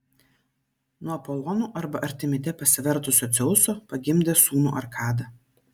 nuo apolonu arba artemide pasivertusio dzeuso pagimdė sūnų arkadą